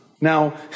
Now